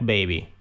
Baby